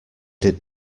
did